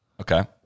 Okay